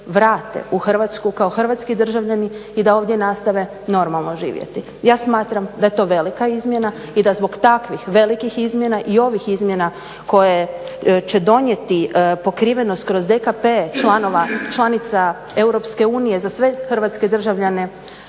vrate u Hrvatsku kao hrvatski državljani i da ovdje nastave normalno živjeti. Ja smatram da je to velika izmjena i da zbog takvih velikih izmjena i ovih izmjena koje će donijeti pokrivenost kroz DKP-e članova i članica EU za sve hrvatske državljane